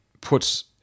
puts